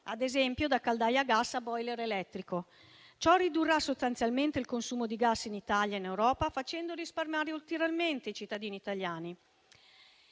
ad esempio da caldaia a gas a *boiler* elettrico. Ciò ridurrà sostanzialmente il consumo di gas in Italia e in Europa, facendo risparmiare ulteriormente i cittadini italiani.